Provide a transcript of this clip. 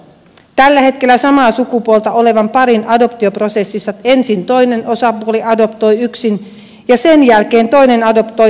tällä hetkellä samaa sukupuolta olevan parin adoptioprosessissa ensin toinen osapuoli adoptoi yksin ja sen jälkeen toinen adoptoi puolisonsa lapsen